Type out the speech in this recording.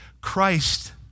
Christ